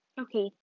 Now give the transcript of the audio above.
Okay